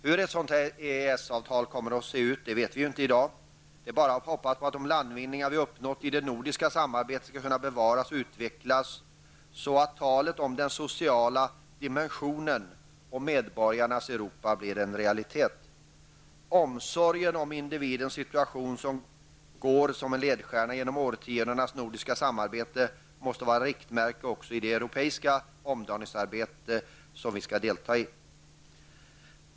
Hur ett sådant EES-avtal kommer att se ut vet vi inte i dag. Det är bara att hoppas på att de landvinningar som vi uppnått i det nordiska samarbetet skall kunna bevaras och utvecklas så att talet om den sociala dimensionen och medborgarnas Europa blir en realitet. Omsorgen om individens situation, som går som en ledstjärna genom årtiondenas nordiska samarbete, måste vara riktmärke också i det europeiska omdaningsarbete som vi skall delta i.